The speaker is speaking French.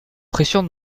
pression